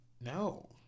No